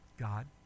God